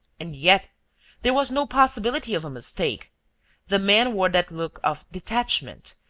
and yet there was no possibility of a mistake the men wore that look of detachment,